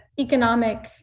economic